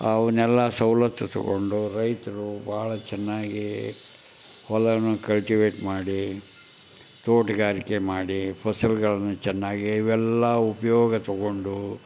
ಅವನ್ನೆಲ್ಲ ಸವಲತ್ತು ತಗೊಂಡು ರೈತರು ಬಹಳ ಚೆನ್ನಾಗಿ ಹೊಲವೂ ಕಲ್ಟಿವೇಟ್ ಮಾಡಿ ತೋಟಗಾರಿಕೆ ಮಾಡಿ ಫಸಲುಗಳನ್ನು ಚೆನ್ನಾಗೆ ಇವೆಲ್ಲ ಉಪಯೋಗ ತಗೊಂಡು